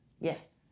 Yes